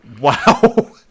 Wow